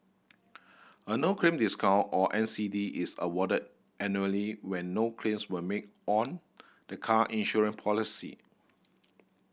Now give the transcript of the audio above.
a no claim discount or N C D is awarded annually when no claims were made on the car insurance policy